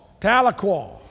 Tahlequah